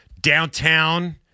Downtown